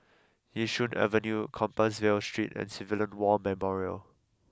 Yishun Avenue Compassvale Street and Civilian War Memorial